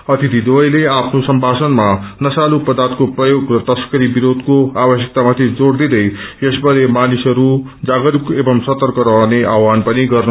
अतिथिद्वयले आफ्नो सम्थाषणमा नशालु पर्दायको प्रयोग र तस्करी विरोधको आवश्यकता माथि जोड़ दिँदै यस बारे मानिसहरू जागरूक एवं सतर्क रहने आव्हान पनि गरे